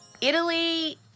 Italy